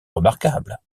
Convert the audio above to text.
remarquable